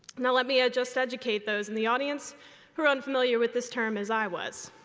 now let me ah just educate those in the audience who are unfamiliar with this term as i was.